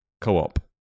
Co-op